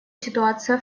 ситуация